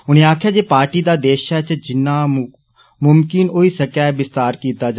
उनें आक्खेआ जे पार्टी दा देसा च जिना मुमकिन होई सकै विस्तार कीता जा